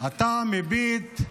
אתה מביט,